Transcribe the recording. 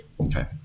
okay